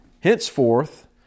Henceforth